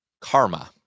Karma